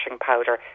powder